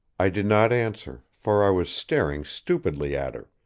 i did not answer, for i was staring stupidly at her,